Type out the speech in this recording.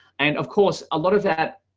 and of course, a lot of that,